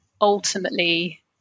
ultimately